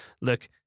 look